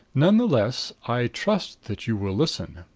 none the less, i trust that you will listen.